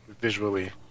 visually